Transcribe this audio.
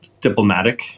diplomatic